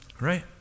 right